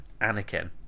Anakin